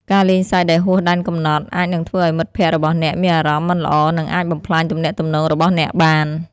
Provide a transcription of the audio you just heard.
ការលេងសើចដែលហួសដែនកំណត់អាចនឹងធ្វើឱ្យមិត្តភក្តិរបស់អ្នកមានអារម្មណ៍មិនល្អនិងអាចបំផ្លាញទំនាក់ទំនងរបស់អ្នកបាន។